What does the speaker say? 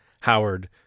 Howard